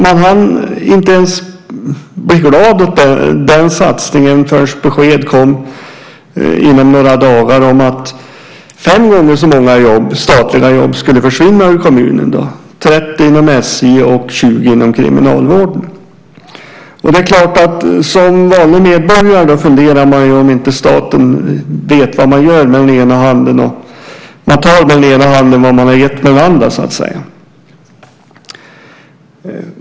Man hann inte ens bli glad åt den satsningen förrän besked kom om att fem gånger så många statliga jobb skulle försvinna ur kommunen - 30 inom SJ och 20 inom kriminalvården. Som vanlig medborgare funderar man då över om staten inte vet vad den gör. Man tar med den ena handen vad man har gett med den andra.